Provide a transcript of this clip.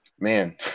man